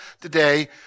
today